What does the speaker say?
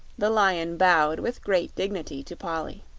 the lion bowed with great dignity to polly.